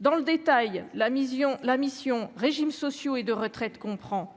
dans le détail la mission, la mission régimes sociaux et de retraite prend